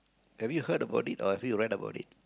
have you heard about it or have you read about it